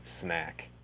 snack